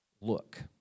look